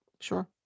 Sure